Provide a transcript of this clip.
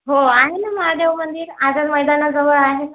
हो आहे महादेव मंदिर आझाद मैदानाजवळ आहे ना